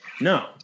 No